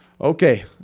Okay